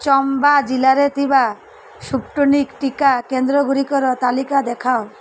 ଚମ୍ବା ଜିଲ୍ଲାରେ ଥିବା ସ୍ପୁଟୁନିକ୍ ଟିକା କେନ୍ଦ୍ରଗୁଡ଼ିକର ତାଲିକା ଦେଖାଅ